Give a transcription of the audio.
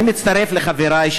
אני מצטרף לחברי.